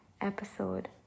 episode